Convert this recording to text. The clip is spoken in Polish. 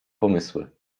pomysły